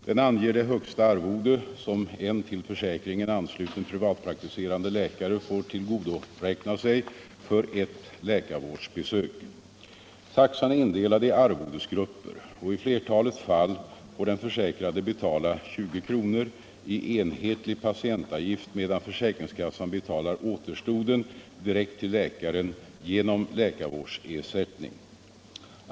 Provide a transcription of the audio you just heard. Den anger det högsta arvode som en till försäkringen ansluten privatpraktiserande läkare får tillgodoräkna sig för ett läkarvårdsbesök. Taxan är indelad i arvodesgrupper, och i flertalet fall får den försäkrade betala 20 kr. i enhetlig patientavgift, medan försäkringskassan betalar återstoden direkt till läkaren genom läkarvårdsersättning.